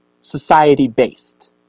society-based